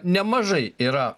nemažai yra